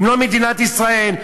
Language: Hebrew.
אם לא מדינת ישראל?